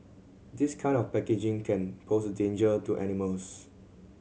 this kind of packaging can pose a danger to animals